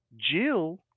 Jill